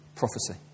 prophecy